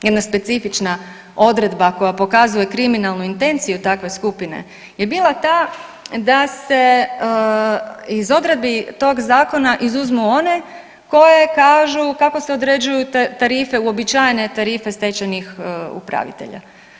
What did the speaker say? Jedna specifična odredba koja pokazuje kriminalnu intenciju takve skupine je bila ta da se iz odredbi tog zakona izuzmu one koje kažu kako se određuje tarife uobičajene tarife stečajnih upravitelja.